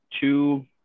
two